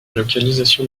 localisation